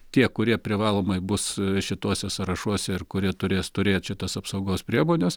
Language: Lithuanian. tie kurie privalomai bus šituose sąrašuose ir kurie turės turėt šitas apsaugos priemones